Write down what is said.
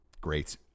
great